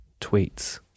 tweets